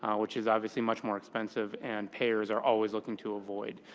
um which is obviously much more expensive and payers are always looking to avoid.